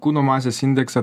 kūno masės indeksą